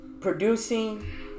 producing